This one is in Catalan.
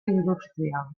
industrials